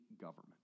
government